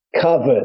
covered